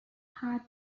had